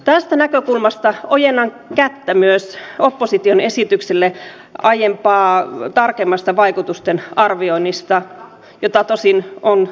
tästä näkökulmasta ojennan kättä myös opposition esitykselle aiempaa tarkemmasta vaikutusten arvioinnista jota tosin on tehtykin